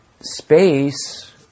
space